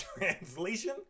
Translation